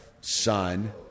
son